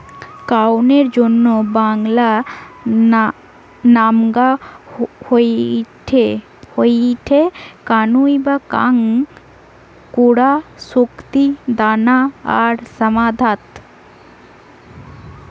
কাউনের অন্য বাংলা নামগা হয়ঠে কাঙ্গুই বা কাঙ্গু, কোরা, কান্তি, দানা আর শ্যামধাত